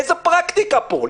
איזה פרקטיקה פה?